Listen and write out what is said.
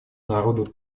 народу